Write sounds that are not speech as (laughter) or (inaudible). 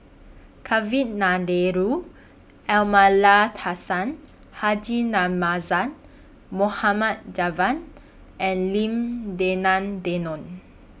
(unintelligible) Amallathasan Haji Namazie Mohamed Javad and Lim Denan Denon